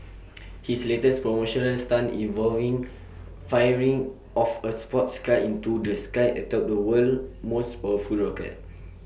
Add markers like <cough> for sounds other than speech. <noise> his latest promotional stunt involving firing off A sports car into the sky atop the world's most powerful rocket